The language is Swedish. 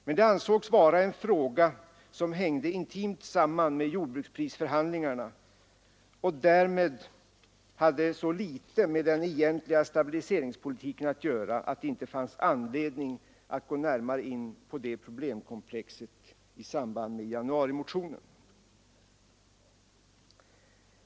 Men det ansågs vara en fråga som hängde intimt samman med jordbruksprisförhandlingarna och som därmed hade så litet med den egentliga stabiliseringspolitiken att göra att det inte fanns anledning att gå närmare in på det problemkomplexet i januarimotionen.